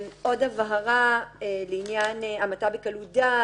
עוד הבהרה לעניין המתה בקלות דעת,